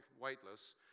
weightless